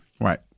right